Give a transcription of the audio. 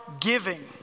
giving